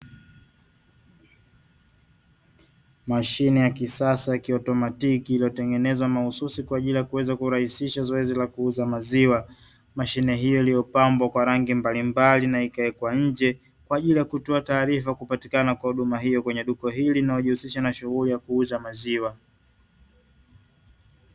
Mashine ya kisasa ya kiautomatiki iliyotengenezwa mahususi kwa ajili ya kuweza kurahisisha zoezi la kuuza maziwa. Mashine hiyo iliyopambwa kwa rangi mbalimbali na ikawekwa nje, kwa ajili ya kutoa taarifa kupatikana kwa huduma hiyo kwenye duka hili, inaojihusisha na shughuli ya kuuza maziwa.